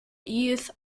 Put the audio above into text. youth